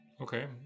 okay